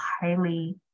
highly